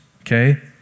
Okay